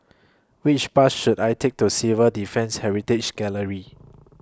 Which Bus should I Take to Civil Defence Heritage Gallery